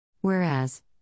Whereas